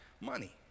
money